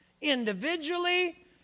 individually